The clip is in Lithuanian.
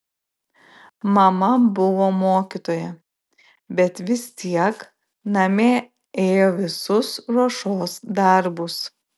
mama buvo mokytoja bet vis tiek namie ėjo visus ruošos darbus